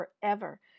forever